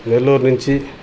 నెల్లూరు నించి